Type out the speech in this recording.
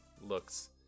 looks